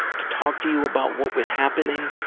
to talk to you about what was happening,